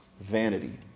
Vanity